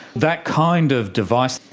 that kind of device,